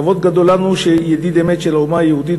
כבוד גדול לנו שידיד אמת של האומה היהודית